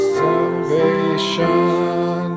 salvation